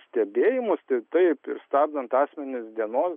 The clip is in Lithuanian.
stebėjimus tai taip ir stabdant asmenys dienos